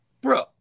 bro